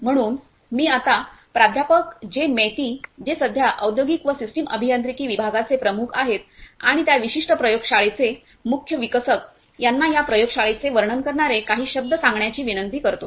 म्हणून मी आता प्राध्यापक जे मैती जे सध्या औद्योगिक व सिस्टम अभियांत्रिकी विभागाचे प्रमुख आहेत आणि या विशिष्ट प्रयोग शाळेचे मुख्य विकसक यांना या प्रयोग शाळेचे वर्णन करणारे काही शब्द सांगण्याची विनंती करतो